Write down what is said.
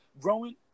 growing